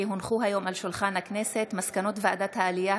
כי הונחו היום על שולחן הכנסת מסקנות ועדת העלייה,